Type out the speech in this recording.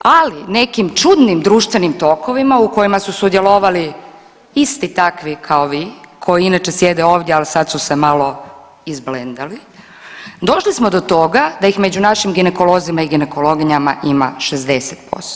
Ali, nekim čudnim društvenim tokovima u kojima su sudjelovali isti takvi kao vi koji inače sjede ovdje, ali sad su se malo izblendali, došli smo do toga da ih među našim ginekolozima i ginekologinjama ima 60%